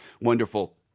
wonderful